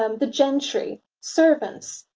um the gentry, servants,